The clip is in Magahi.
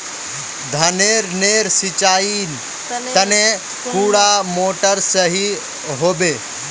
धानेर नेर सिंचाईर तने कुंडा मोटर सही होबे?